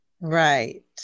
Right